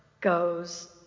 goes